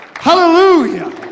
Hallelujah